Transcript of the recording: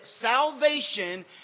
salvation